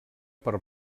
per